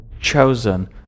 chosen